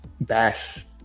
bash